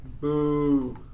boo